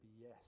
yes